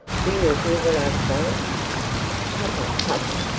do you hear what i say papa, papa,